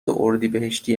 اردیبهشتی